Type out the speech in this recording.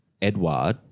Edward